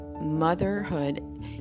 motherhood